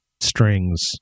strings